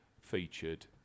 featured